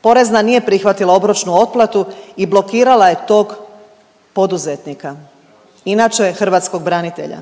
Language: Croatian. porezna nije prihvatila obročnu otplatu i blokirala je tog poduzetnika, inače hrvatskog branitelja.